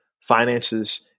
finances